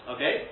Okay